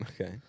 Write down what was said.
Okay